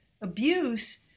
abuse